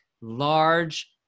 large